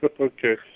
Okay